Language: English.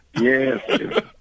Yes